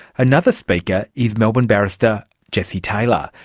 another speaker is melbourne barrister jessie taylor.